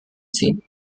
ziehen